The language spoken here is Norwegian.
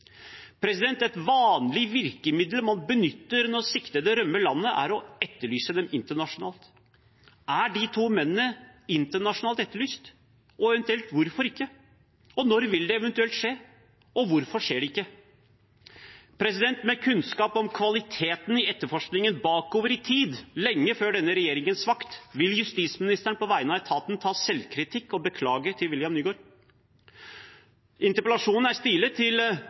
Et vanlig virkemiddel man benytter når siktede rømmer landet, er å etterlyse dem internasjonalt. Er de to mennene etterlyst internasjonalt – og eventuelt hvorfor ikke? Når vil det eventuelt skje? Og hvorfor skjer det ikke? Med kunnskap om kvaliteten i etterforskningen bakover i tid – lenge før denne regjeringens vakt: Vil justisministeren på vegne av etaten ta selvkritikk og beklage til William Nygaard? Interpellasjonen er stilet til